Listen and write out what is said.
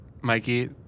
Mikey